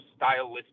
stylistically